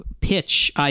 pitch